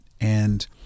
And-